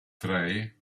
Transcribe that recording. drei